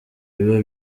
biba